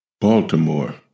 Baltimore